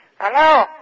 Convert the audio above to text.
Hello